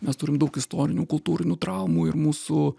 mes turim daug istorinių kultūrinių traumų ir mūsų